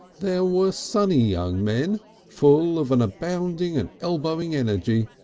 there were sunny young men full of an abounding and elbowing energy,